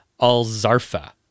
Alzarfa